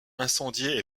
incendiée